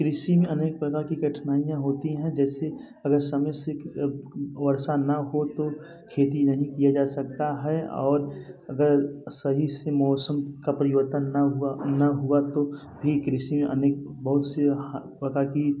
कृषि में अनेक प्रकार की कठिनाइयाँ होती हैं जैसे अगर समय सिक वर्षा ना हो तो खेती नहीं किया जा सकती है और अगर सही से मौसम का परिवर्तन ना हुआ ना हुआ तो भी कृषि मे अनेक बहुत सी प्रकार की